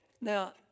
Now